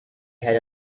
had